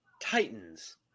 Titans